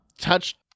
touched